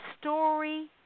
story